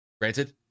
granted